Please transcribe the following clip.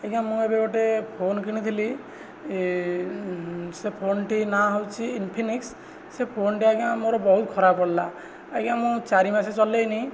ଆଜ୍ଞା ମୁଁ ଏବେ ଗୋଟିଏ ଫୋନ କିଣିଥିଲି ସେ ଫୋନଟି ନା ହେଉଛି ଇନଫିନିକ୍ସ ସେ ଫୋନଟି ଆଜ୍ଞା ମୋର ବହୁତ ଖରାପ ପଡ଼ିଲା ଆଜ୍ଞା ମୁଁ ଚାରି ମାସ ଚଲେଇନି